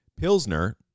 Pilsner